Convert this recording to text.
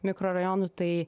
mikrorajonų tai